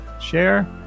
share